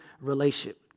relationship